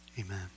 amen